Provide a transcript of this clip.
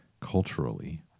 culturally